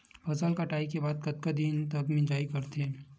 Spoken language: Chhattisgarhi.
फसल कटाई के कतका दिन बाद मिजाई करथे?